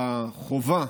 החובה